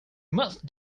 must